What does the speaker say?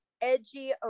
edgy